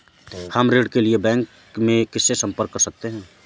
हम ऋण के लिए बैंक में किससे संपर्क कर सकते हैं?